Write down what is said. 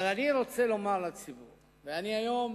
אבל אני רוצה לומר, ואני היום